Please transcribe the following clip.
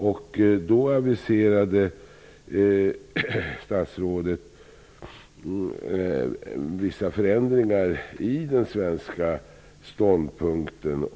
Under den aviserade statsrådet vissa förändringar i den svenska ståndpunkten.